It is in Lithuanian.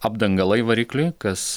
apdangalai varikliui kas